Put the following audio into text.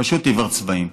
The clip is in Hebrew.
פשוט עיוור צבעים.